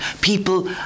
People